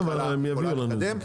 כן, הם יביאו לנו את זה.